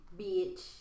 bitch